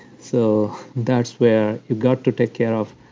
so that's where you've got to take care of.